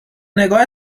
نگاه